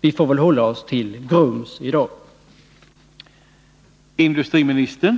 vi får väl hålla oss till Grums i dag — den negativa industriutvecklingen?